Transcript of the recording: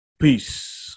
Peace